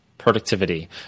Productivity